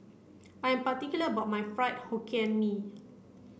I am particular about my Fried Hokkien Mee